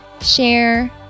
share